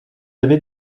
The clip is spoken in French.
avez